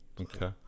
okay